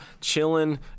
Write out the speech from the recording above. chilling